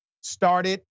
started